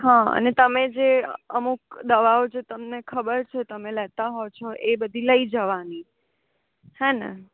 હા અને તમે જે અમુક દવાઓ જો તમને ખબર છે તમે લેતા હો છો એ બધી લઈ જવાની હેને